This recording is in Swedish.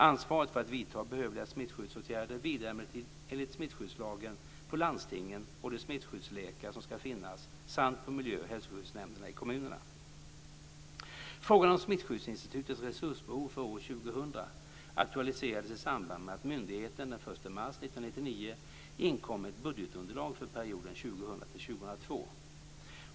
Ansvaret för att vidta behövliga smittskyddsåtgärder vilar emellertid enligt smittskyddslagen på landstingen och de smittskyddsläkare som ska finnas samt på miljö och hälsoskyddsnämnderna i kommunerna. Frågan om Smittskyddsinstitutets resursbehov för år 2000 aktualiserades i samband med att myndigheten den 1 mars 1999 inkom med ett budgetunderlag för perioden 2000-2002.